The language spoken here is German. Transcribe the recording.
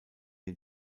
den